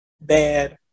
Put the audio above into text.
bad